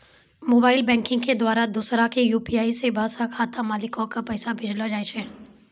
mobile banking के द्वारा दोसरा के यू.पी.आई सेबा से खाता मालिको के पैसा भेजलो जाय छै